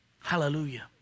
Hallelujah